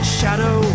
shadow